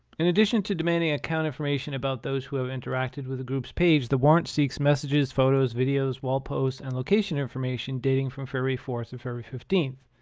in addition to demanding account information about those who have interacted with the group's page, the warrant seeks messages, photos, videos, wall posts, and location information dating from february fourth to february fifteenth.